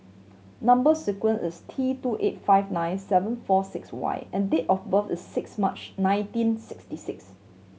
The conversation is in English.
number sequence is T two eight five nine seven four six Y and date of birth is six March nineteen sixty six